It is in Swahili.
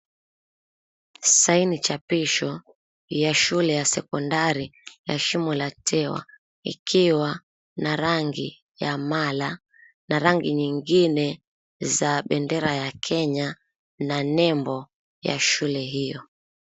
Saini chapisho ya shule ya sekondari ya Shimo la Tewa ikiwa na rangi ya mala na rangi nyingine za bendera ya Kenya na nembo ya shule hiyo.